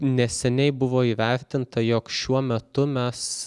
neseniai buvo įvertinta jog šiuo metu mes